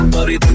Buddy